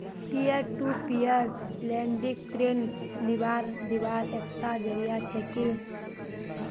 peer to peer lending ऋण लीबार दिबार एकता जरिया छिके